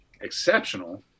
exceptional